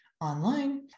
online